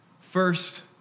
first